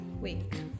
week